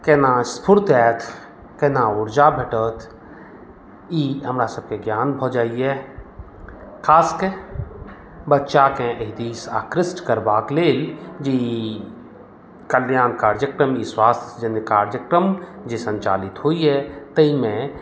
केना स्फूर्ति आयत केना ऊर्जा भेटत ई हमरा सबकेँ ज्ञान भऽ जाइया खास कऽ बच्चाकेँ एहि दिस आकृष्ट करबाक लेल जे ई कल्याण कार्यक्रम जे ई स्वास्थ्य जन्य कार्यक्रम जे संचालित होइया ताहिमे